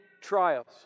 trials